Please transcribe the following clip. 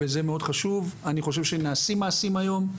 זה מאוד חשוב, אני חושב שנעשים מעשים היום,